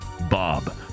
Bob